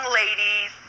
ladies